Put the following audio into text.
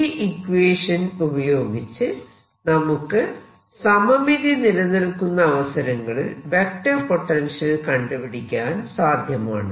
ഈ ഇക്വേഷൻ ഉപയോഗിച്ച് നമുക്ക് സമമിതി നിലനിൽക്കുന്ന അവസരങ്ങളിൽ വെക്റ്റർ പൊട്ടൻഷ്യൽ കണ്ടുപിടിക്കാൻ സാധ്യമാണ്